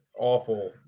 awful